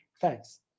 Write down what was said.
Thanks